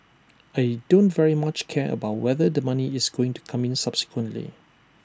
I don't very much care about whether the money is going to come in subsequently